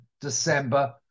December